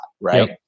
right